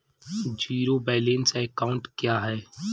Zero balance account क्या है?